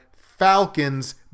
Falcons